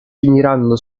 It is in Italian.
finiranno